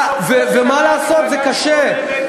ומה לעשות, זה קשה.